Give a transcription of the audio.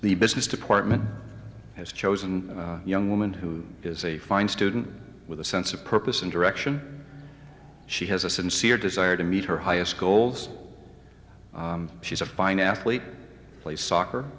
the business department has chosen young woman who is a fine student with a sense of purpose and direction she has a sincere desire to meet her highest goals she's a fine athlete play soccer